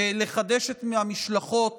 לחדש את משלחות